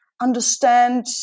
understand